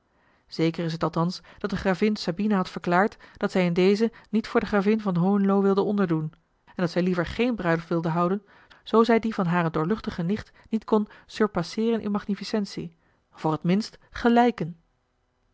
zeker is het althans dat de gravin sabina had verklaard dat zij in dezen niet voor de gravin van hohenlo wilde onderdoen en dat zij liever geen bruiloft wilde houden zoo zij die van hare doorluchtige nicht niet kon surpasseeren in magnificentie voor t minst gelijken